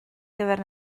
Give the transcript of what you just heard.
gyfer